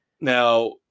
Now